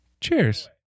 Cheers